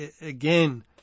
Again